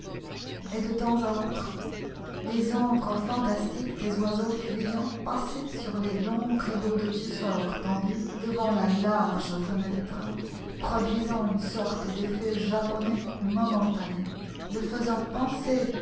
et de temps à autre les ombres fantastiques des oiseaux fuyants passaient sur les longs rideaux de tussor tendus devant la large fenêtre produisant une sorte d'effet japonais momentané le faisant penser